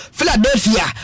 Philadelphia